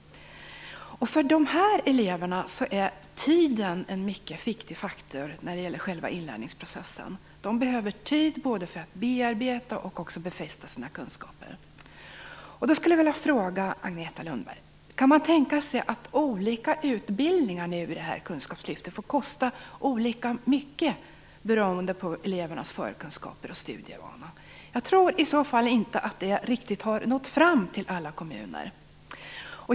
För de här eleverna är tiden en mycket viktig faktor när det gäller själva inlärningsprocessen. De behöver tid både för att bearbeta och också för att befästa sina kunskaper. Jag skulle då vilja fråga Agneta Lundberg: Kan man tänka sig att olika utbildningar i Kunskapslyftet får kosta olika mycket beroende på elevernas förkunskaper och studievana? Jag tror i så fall att det inte riktigt har nått fram till alla kommuner.